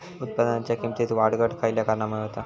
उत्पादनाच्या किमतीत वाढ घट खयल्या कारणामुळे होता?